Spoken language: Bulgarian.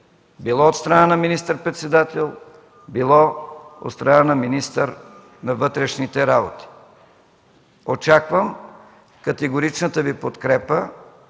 било от страна на министър-председател, било от страна на министър на вътрешните работи. Очаквам категоричната Ви подкрепа